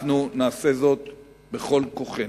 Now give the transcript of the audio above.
אנחנו נעשה זאת בכל כוחנו.